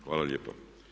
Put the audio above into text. Hvala lijepa.